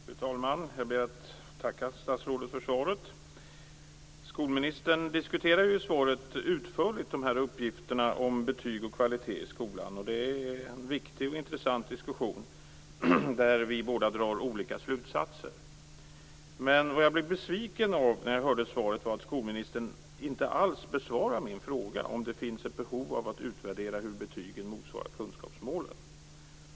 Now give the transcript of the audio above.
Fru talman! Jag ber att få tacka statsrådet för svaret. Skolministern diskuterar i svaret utförligt uppgifterna om betyg och kvalitet i skolan. Det är en viktig och intressant diskussion, där vi båda drar olika slutsatser. Men det jag blev besviken på när jag hörde svaret var att skolministern inte alls besvarar min fråga, om det finns ett behov av att utvärdera hur betygen motsvarar kunskapsmålen.